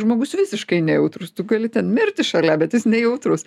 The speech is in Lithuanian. žmogus visiškai nejautrus tu gali ten mirti šalia bet jis nejautrus